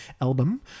album